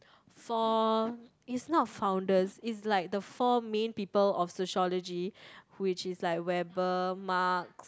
four it's not founders it's like the four main people of sociology which is like Weber Marx